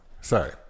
Sorry